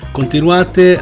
continuate